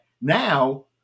now